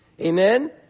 Amen